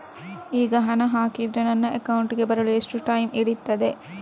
ಈಗ ಹಣ ಹಾಕಿದ್ರೆ ನನ್ನ ಅಕೌಂಟಿಗೆ ಬರಲು ಎಷ್ಟು ಟೈಮ್ ಹಿಡಿಯುತ್ತೆ?